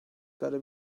gotta